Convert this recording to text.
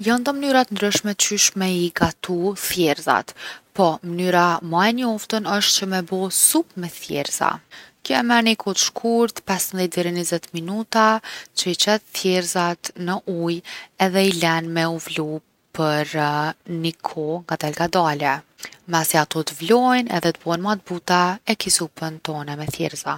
Jon do mnyra t’ndryshme qysh me i gatu thjerrzat, po mnyra ma e njoftun osht që me bo supë me thjerrza. Kjo e merr ni kohë t’shkurt, 15 deri 20 minuta që i qet thjerrzat n’ujë edhe i len për me u vlu ni kohë ngadal ngadale. Masi ato t’vlojnë edhe t’bohen ma t’buta e ki supën tone me thjerrza.